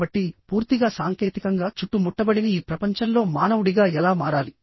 కాబట్టి పూర్తిగా సాంకేతికంగా చుట్టుముట్టబడిన ఈ ప్రపంచంలో మానవుడిగా ఎలా మారాలి